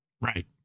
Right